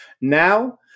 Now